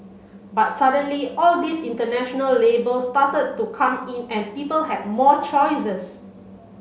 but suddenly all these international labels started to come in and people had more choices